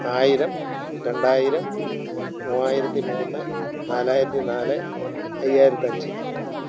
ആയിരം രണ്ടായിരം മൂവായിരത്തി മൂന്ന് നാലായിരത്തി നാല് അയ്യായിരത്തി അഞ്ച്